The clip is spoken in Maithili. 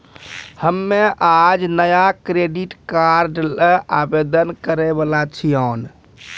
हम्मे आज नया क्रेडिट कार्ड ल आवेदन करै वाला छियौन